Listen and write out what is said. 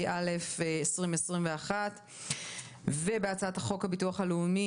התשפ"א-2021 ובהצעת חוק הביטוח הלאומי